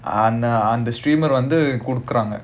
ஆனா அந்த:aanaa antha streamer வந்து குடுக்குறாங்க:vanthu kudukkuraanga